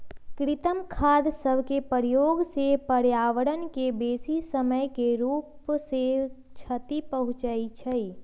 कृत्रिम खाद सभके प्रयोग से पर्यावरण के बेशी समय के रूप से क्षति पहुंचइ छइ